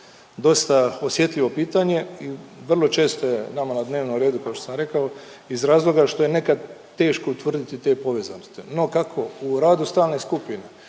dosta osjetljivo pitanje i vrlo često je nama na dnevnom redu kao što sam rekao iz razloga što je nekad teško utvrditi te povezanosti. No kako u radu stalne skupine